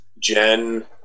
Jen